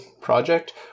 project